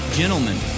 gentlemen